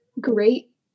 great